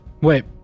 Wait